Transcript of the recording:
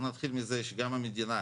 נתחיל מזה שגם המדינה,